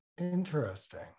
Interesting